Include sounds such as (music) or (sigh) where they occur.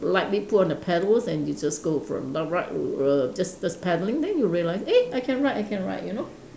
lightly put on the paddles and you just go from the (noise) just just paddling then you realise eh I can ride I can ride you know